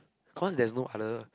cause there's no other